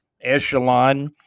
echelon